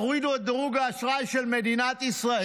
הורידו את דירוג האשראי של מדינת ישראל.